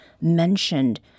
mentioned